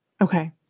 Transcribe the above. Okay